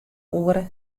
oere